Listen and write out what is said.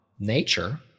nature